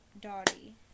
Dottie